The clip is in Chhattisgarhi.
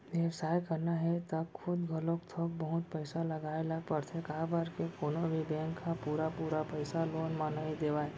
बेवसाय करना हे त खुद घलोक थोक बहुत पइसा लगाए ल परथे काबर के कोनो भी बेंक ह पुरा पुरा पइसा लोन म नइ देवय